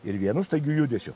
ir vienu staigiu judesiu